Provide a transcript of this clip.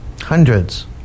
Hundreds